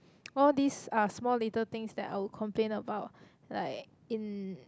all these are small little things that I would complain about like in